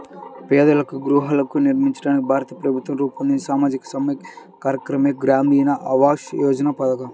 పేదలకు గృహాలను నిర్మించడానికి భారత ప్రభుత్వం రూపొందించిన సామాజిక సంక్షేమ కార్యక్రమమే గ్రామీణ ఆవాస్ యోజన పథకం